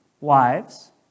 wives